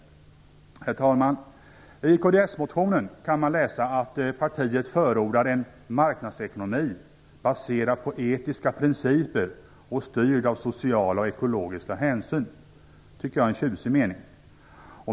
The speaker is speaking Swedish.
Herr talman! I kds-motionen kan man läsa att partiet förordar en marknadsekonomi baserad på etiska principer och styrd av sociala och ekologiska hänsyn. Jag tycker att det är en tjusig mening.